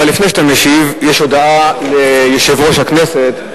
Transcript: אבל לפני שאתה משיב יש הודעה ליושב-ראש הכנסת.